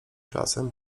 czasem